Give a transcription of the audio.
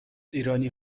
ایرانی